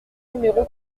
numéro